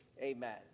amen